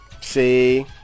See